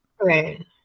Right